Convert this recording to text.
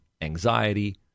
anxiety